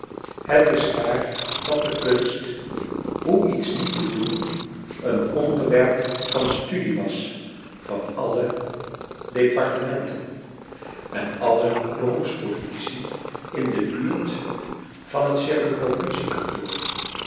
het is waar dat de kunst lloe iets niet te doen een ondcrwerp van studie was van alle dejartecharles dickens menten en alle beroeps politici in de buurt van het